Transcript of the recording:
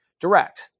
direct